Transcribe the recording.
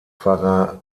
pfarrer